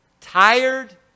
tired